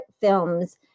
films